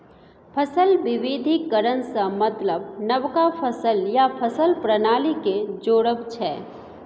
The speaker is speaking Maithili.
फसल बिबिधीकरण सँ मतलब नबका फसल या फसल प्रणाली केँ जोरब छै